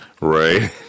right